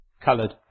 coloured